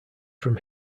from